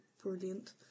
Brilliant